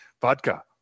vodka